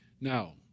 Now